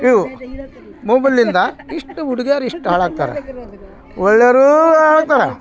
ಇವು ಮೊಬಲಿಂದ ಇಷ್ಟು ಹುಡುಗಿಯರ್ ಇಷ್ಟು ಹಾಳಾಗ್ತಾರೆ ಒಳ್ಳೇವ್ರೂ ಹಾಳಾಗ್ತಾರ